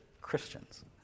Christians